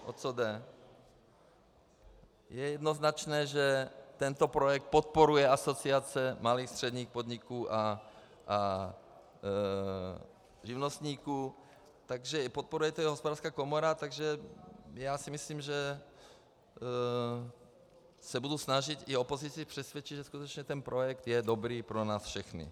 Je jednoznačné, že tento projekt podporuje Asociace malých a středních podniků a živnostníků, takže podporuje to i Hospodářská komora, takže si myslím, že se budu snažit i opozici přesvědčit, že skutečně ten projekt je dobrý pro nás všechny.